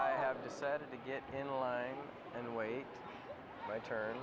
i have decided to get in a line and wait my turn